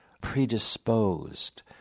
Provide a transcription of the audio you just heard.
predisposed